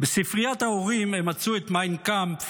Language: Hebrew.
בספריית ההורים הם מצאו את מיין קאמפף